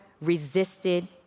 resisted